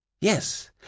Yes